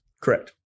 Correct